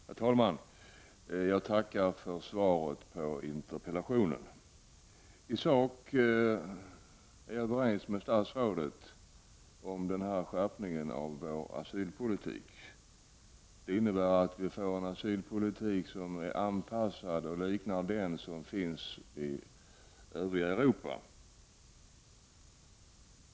Herr talman! Jag tackar för svaret på interpellationen. I sak är jag överens med statsrådet om denna skärpning av vår asylpolitik. Den innebär att vi får en asylpolitik som är anpassad och liknar den som finns i övriga Europa.